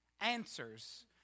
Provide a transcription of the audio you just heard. Answers